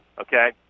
okay